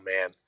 man